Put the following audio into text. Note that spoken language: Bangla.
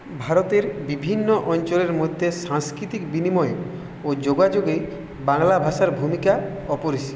ভারতের বিভিন্ন অঞ্চলের মধ্যে সাংস্কৃতিক বিনিময় ও যোগাযোগে বাংলা ভাষার ভূমিকা অপরিসীম